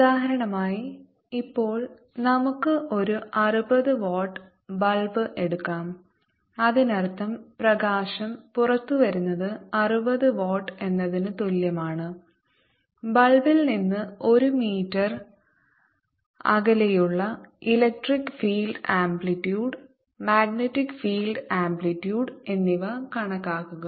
ഉദാഹരണമായി ഇപ്പോൾ നമുക്ക് ഒരു അറുപത് വാട്ട് ബൾബ് എടുക്കാം അതിനർത്ഥം പ്രകാശം പുറത്തുവരുന്നത് അറുപത് വാട്ട് എന്നതിന് തുല്യമാണ് ബൾബിൽ നിന്ന് ഒരു മീറ്റർ അകലെയുള്ള electric field amplitude magnetic field amplitude എന്നിവ കണക്കാക്കുക